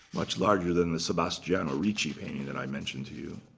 much larger than the sebastiano ricci painting that i mentioned to you.